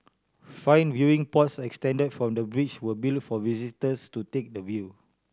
five viewing pods extended from the bridge were built for visitors to take the view